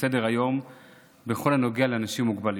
לסדר-היום בכל הקשור לאנשים עם מוגבלויות.